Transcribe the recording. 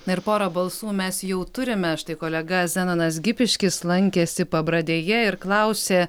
na ir porą balsų mes jau turime štai kolega zenonas gipiškis lankėsi pabradėje ir klausė